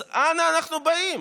אז אנה אנחנו באים?